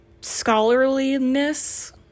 scholarliness